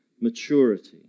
maturity